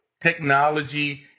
technology